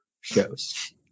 shows